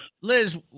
Liz